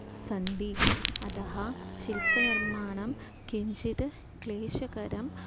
सन्ति अतः शिल्पनिर्माणं किञ्चित् क्लेशकरं